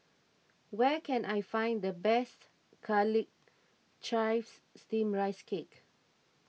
where can I find the best Garlic Chives Steamed Rice Cake